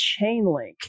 Chainlink